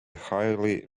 highly